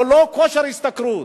ללא כושר השתכרות?